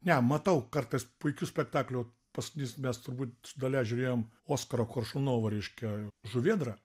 ne matau kartais puikių spektaklių paskutinis mes turbūt su dalia žiūrėjom oskaro koršunovo reiškia žuvėdrą